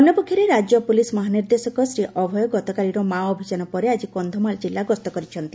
ଅନ୍ୟପକ୍ଷରେ ରାକ୍ୟ ପୁଲିସ୍ ମହାନିର୍ଦ୍ଦେଶକ ଶ୍ରୀ ଅଭୟ ଗତକାଲିର ମାଓ ଅଭିଯାନ ପରେ ଆଜି କବ୍ବମାଳ ଜିଲ୍ଲା ଗସ୍ତ କରିଛନ୍ତି